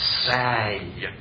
say